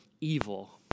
evil